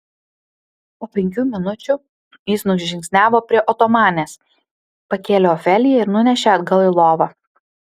po penkių minučių jis nužingsniavo prie otomanės pakėlė ofeliją ir nunešė atgal į lovą